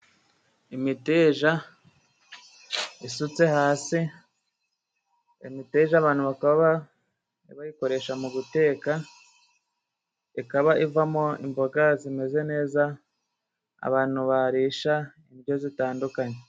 Imiteja isutse hasi, iyo miteja abantu bakaba bayikoresha mu guteka, ikaba ivamo imboga zimeze neza abantu barisha indyo zitandukanye.